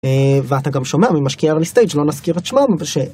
ואתה גם שומע ממש כאילו לי סטייג' לא נזכיר את שמם.